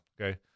okay